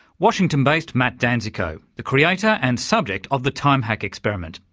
washington-based matt danzico, the creator and subject of the time hack experiment,